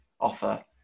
offer